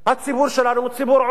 הציבור שלנו הוא ציבור עובד,